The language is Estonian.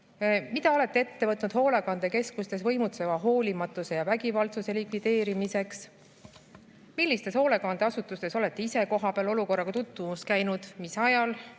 mida olete ette võtnud hoolekandekeskustes võimutseva hoolimatuse ja vägivaldsuse likvideerimiseks? Millistes hoolekandeasutustes olete ise kohapeal olukorraga tutvumas käinud? Mis ajal?